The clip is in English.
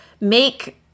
make